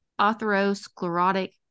atherosclerotic